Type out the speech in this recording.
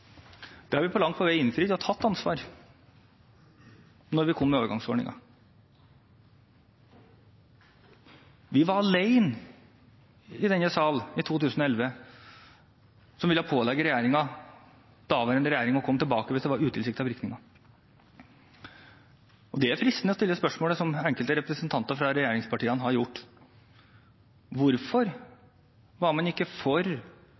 Det har vi langt på vei innfridd og tatt ansvar for da vi kom med overgangsordningen. Vi var alene i denne sal i 2011 om å ville pålegge daværende regjering å komme tilbake hvis det var utilsiktede virkninger. Det er fristende å stille spørsmålet, som enkelte representanter fra regjeringspartiene har gjort: Hvorfor var man ikke for